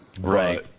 Right